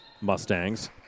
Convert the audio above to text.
Mustangs